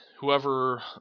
whoever